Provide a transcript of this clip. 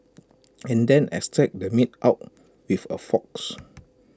and then extract the meat out with A forks